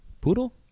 poodle